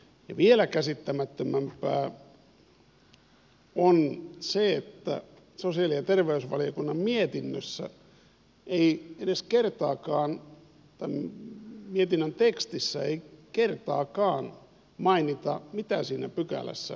vielä käsittämättömämpää on se että sosiaali ja terveysvaliokunnan mietinnön tekstissä ei kertaakaan edes mainita mitä siinä pykälässä oikeasti säädetään